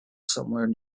somewhere